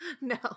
No